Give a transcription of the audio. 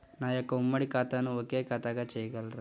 నా యొక్క ఉమ్మడి ఖాతాను ఒకే ఖాతాగా చేయగలరా?